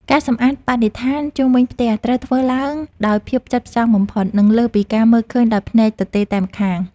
ការសម្អាតបរិស្ថានជុំវិញផ្ទះត្រូវធ្វើឡើងដោយភាពផ្ចិតផ្ចង់បំផុត និងលើសពីការមើលឃើញដោយភ្នែកទទេតែម្ខាង។